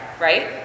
right